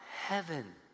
heaven